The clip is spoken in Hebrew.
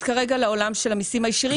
אני מתייחסת כרגע לעולם של המסים הישירים,